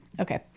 Okay